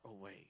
away